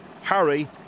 Harry